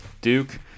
Duke